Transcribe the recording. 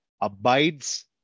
abides